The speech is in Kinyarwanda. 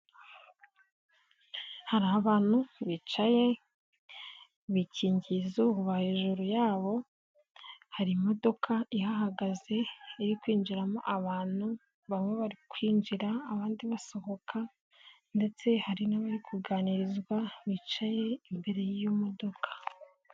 Hari abantu bicaye, bikingizo hejuru yabo, hari imodoka ihagaze iri kwinjiramo abantu, baba bakwinjira abandi basohoka ndetse hari n'abari kuganirizwa bicaye imbere y'iyomodoka.